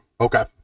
Okay